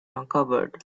uncovered